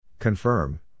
Confirm